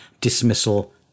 dismissal